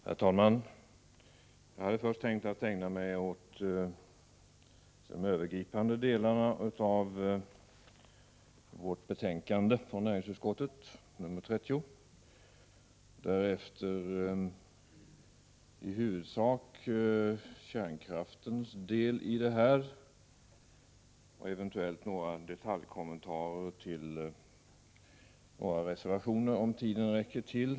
Herr talman! Jag hade först tänkt ägna mig åt de övergripande delarna i näringsutskottets betänkande nr 30, därefter i huvudsak åt kärnkraftens del i energipolitiken och eventuellt detaljkommentarer till några reservationer, om tiden räcker till.